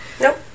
nope